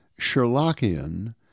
Sherlockian